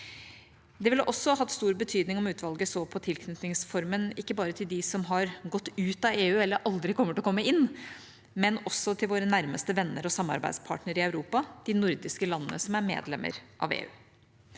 Det ville også hatt stor betydning om utvalget så på tilknytningsformen ikke bare til dem som har gått ut av EU, eller aldri kommer til å komme inn, men også til våre nærmeste venner og samarbeidspartnere i Europa, de nordiske landene som er medlemmer av EU.